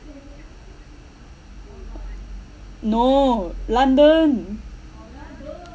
no london